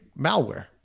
malware